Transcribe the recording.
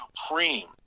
supreme